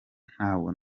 ntabwo